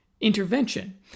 intervention